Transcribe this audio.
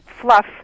fluff